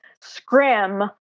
scrim